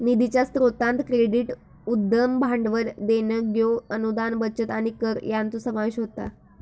निधीच्या स्रोतांत क्रेडिट, उद्यम भांडवल, देणग्यो, अनुदान, बचत आणि कर यांचो समावेश होता